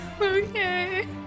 okay